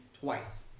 twice